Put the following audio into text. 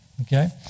Okay